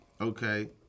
Okay